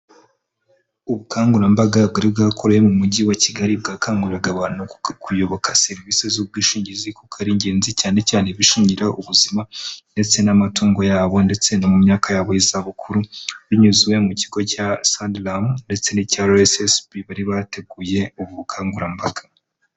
Ubukangurambaga bwari bwakorerewe mu mujyi wa kigali bwakanguriraga abantu kuyoboka serivisi z'ubwishingizi kuko ari ingenzi cyane cyane bishingira ubuzima ndetse n'amatungo yabo ndetse no mu myaka yabo y'izabukuru binyuze mu kigo cya saniramu ndetse n'icya ara esi esi bi bari bateguye ubu bukangurambaga.